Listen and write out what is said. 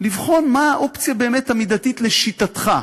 לבחון מה באמת האופציה המידתית, לשיטתך.